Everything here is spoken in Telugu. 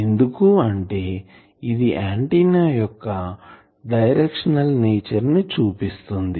ఎందుకు అంటే ఇది ఆంటిన్నా యొక్క డైరెక్షనల్ నేచర్ ని చూపిస్తుంది